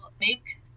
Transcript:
make